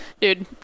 Dude